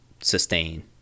sustain